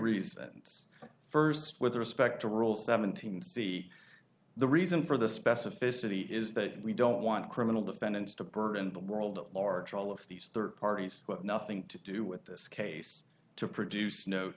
reasons first with respect to rule seven hundred c the reason for the specificity is that we don't want criminal defendants to burden the world at large all of these third parties with nothing to do with this case to produce no